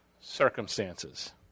circumstances